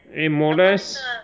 eh molest